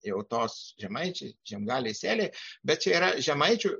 jau tos žemaičiai žiemgaliai sėliai bet čia yra žemaičių